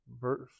Verse